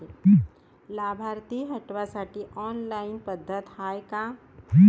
लाभार्थी हटवासाठी ऑनलाईन पद्धत हाय का?